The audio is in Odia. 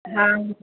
ହଁ